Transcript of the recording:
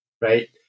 right